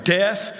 death